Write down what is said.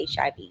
HIV